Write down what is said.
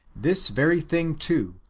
this very thing, too,